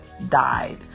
died